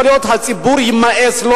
יכול להיות שלציבור יימאס.